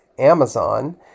amazon